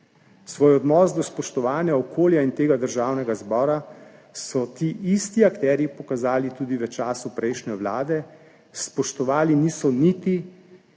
Svoj odnos do spoštovanja okolja in Državnega zbora so ti isti akterji pokazali tudi v času prejšnje vlade, niso bili